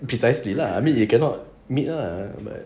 precisely lah I mean you cannot meet lah but